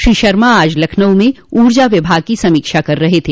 श्री शर्मा आज लखनऊ में ऊर्जा विभाग की समीक्षा कर रहे थे